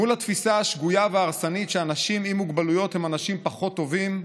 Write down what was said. מול התפיסה השגויה וההרסנית שאנשים עם מוגבלויות הם אנשים פחות טובים,